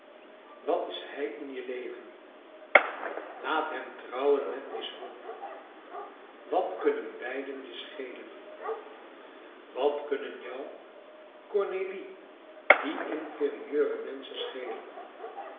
wat is hij in je leven laat hem trouwen met miss hope wat kunnen beiden jeschelen wat kunnen jou cornélie die inferieure menschen schelen